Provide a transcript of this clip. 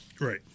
Right